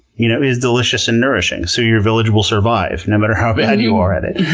you know is delicious and nourishing. so your village will survive no matter how bad you are at it.